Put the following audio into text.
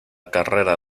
carrera